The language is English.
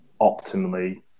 optimally